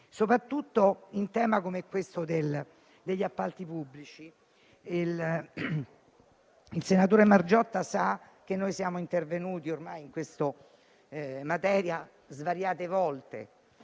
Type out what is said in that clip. soprattutto in un tema come quello degli appalti pubblici. Il senatore Margiotta sa che siamo intervenuti in questa materia svariate volte,